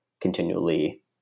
continually